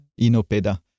INOPEDA